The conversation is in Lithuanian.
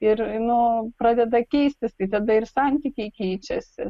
ir nu pradeda keistis tai tada ir santykiai keičiasi